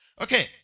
Okay